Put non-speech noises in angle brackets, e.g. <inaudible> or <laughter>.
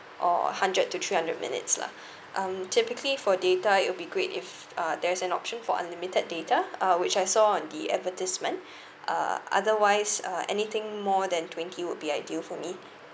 or hundred to three hundred minutes lah <breath> um typically for data it'll be great if uh there's an option for unlimited data uh which I saw on the advertisement <breath> uh otherwise uh anything more than twenty would be ideal for me